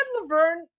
Laverne